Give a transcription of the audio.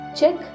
check